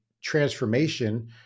transformation